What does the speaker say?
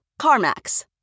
CarMax